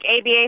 ABA